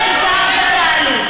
מי שיהיה שותף בתהליך.